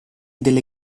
delle